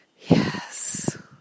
Yes